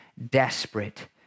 Desperate